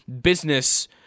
business